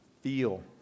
Feel